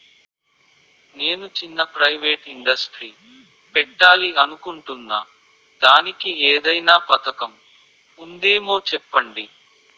నేను చిన్న private industry పెట్టాలి అనుకుంటున్నా దానికి ఏదైనా పథకం ఉందేమో చెప్పండి?